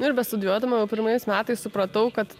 ir bestudijuodama jau pirmais metais supratau kad